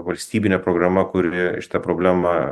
valstybinė programa kuri šitą problemą